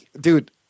Dude